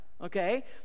okay